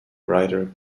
rider